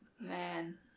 Man